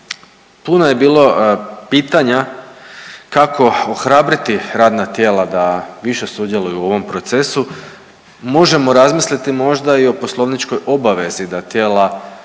Puno je bilo pitanja kako ohrabriti radna tijela da više sudjeluju u ovom procesu možemo razmisliti možda i o poslovničkoj obavezi da tijela